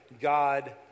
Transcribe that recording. God